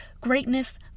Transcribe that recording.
greatness